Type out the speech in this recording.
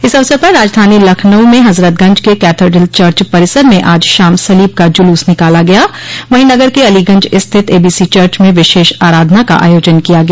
इस अवसर पर राजधानी लखनऊ में हजरतगंज के कैथेड्रल चर्च परिसर में आज शाम सलीब का जुलूस निकाला गया वहीं नगर के अलीगंज स्थित एबीसी चर्च में विशेष आराधना का आयोजन किया गया